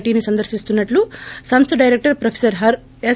T ని సందర్శించనున్నట్టు సంస్ద డైరెక్టర్ ప్రొఫెసర్ ఎస్